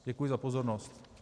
Děkuji za pozornost.